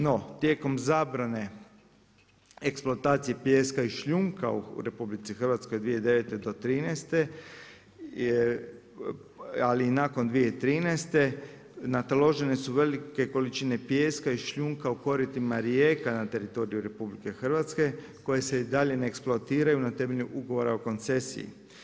No tijekom zabrane, eksploatacije pijeska i šljunka u RH od 2009.-2013. je, ali nakon 2013., nataložene su velike količine pijeska i šljunaka u koritima rijeka na teritoriju RH, koje se i dalje neeksploatiranju na temelju ugovora o koncesiji.